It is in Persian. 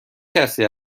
کسی